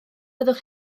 fyddwch